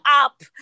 up